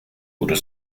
oder